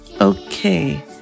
Okay